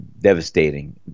devastating